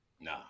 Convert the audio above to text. Nah